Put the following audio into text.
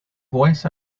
juez